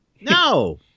No